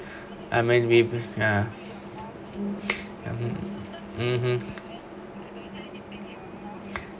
I mean with ya (uh huh)